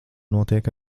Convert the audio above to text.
notiek